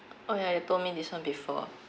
oh ya you told me this one before